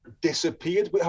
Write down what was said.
disappeared